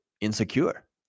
insecure